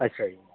ਅੱਛਾ ਜੀ